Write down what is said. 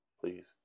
please